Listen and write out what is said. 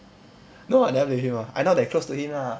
no lah I never play with him ah I not that close to him ah